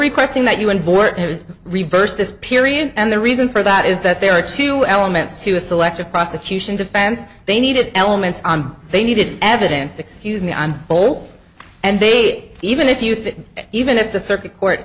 requesting that you and board have reversed this period and the reason for that is that there are two elements to a selective prosecution defense they needed elements on they needed evidence excuse me i'm old and they even if you fit even if the circuit court